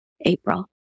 April